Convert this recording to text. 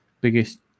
biggest